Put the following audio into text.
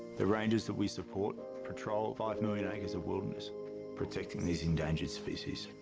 the rangers that we support patrol five million acres of wilderness protecting these endangered species.